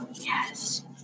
yes